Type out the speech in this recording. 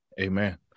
Amen